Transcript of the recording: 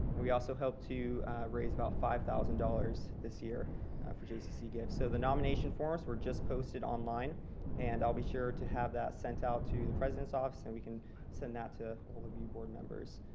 and we also hope to raise about five thousand dollars this year for jccc gives. so the nominations forms were just posted online and i'll be sure to have that sent out to the president's office and we can send that to all of you board members.